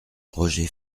roger